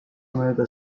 mööda